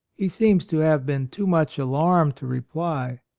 he seems to have been too much alarmed to reply.